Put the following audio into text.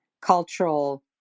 cultural